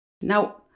Now